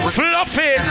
Fluffy